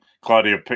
Claudia